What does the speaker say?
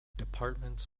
departments